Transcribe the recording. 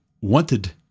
wanted